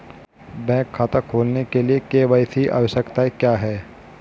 Bank खाता खोलने के लिए के.वाई.सी आवश्यकताएं क्या हैं?